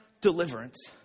deliverance